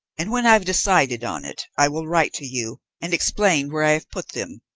and when i have decided on it i will write to you and explain where i have put them,